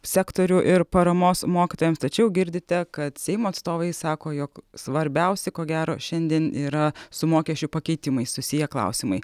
sektorių ir paramos mokytojams tačiau girdite kad seimo atstovai sako jog svarbiausi ko gero šiandien yra su mokesčių pakeitimai susiję klausimai